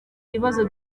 ibibazo